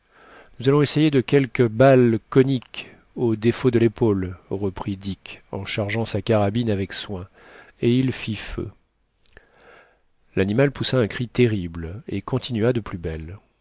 nous allons essayer de quelques balles coniques au défaut doré au défaut de lépaule reprit dick en chargeant sa carabine avec soin et il fit feu l'animal poussa un cri terrible et continua de plus belle